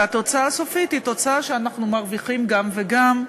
ובתוצאה הסופית אנחנו מרוויחים גם וגם,